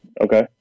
Okay